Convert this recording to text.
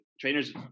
trainers